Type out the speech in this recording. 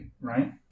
right